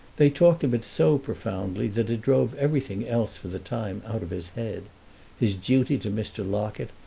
they talked of it so profoundly that it drove everything else for the time out of his head his duty to mr. locket,